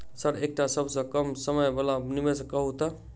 Sir एकटा सबसँ कम समय वला निवेश कहु तऽ?